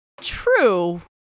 True